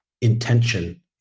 intention